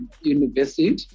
University